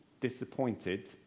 disappointed